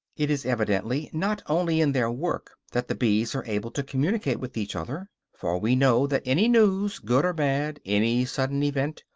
it is evidently not only in their work that the bees are able to communicate with each other, for we know that any news, good or bad, any sudden event,